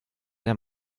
der